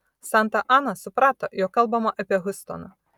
santa ana suprato jog kalbama apie hiustoną